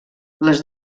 les